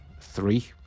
three